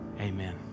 amen